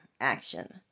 action